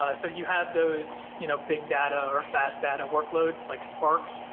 ah so you have those you know big data, or fast data workloads like spark.